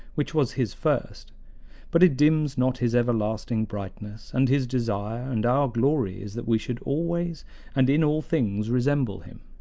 which was his first but it dims not his everlasting brightness and his desire and our glory is that we should always and in all things resemble him.